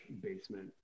basement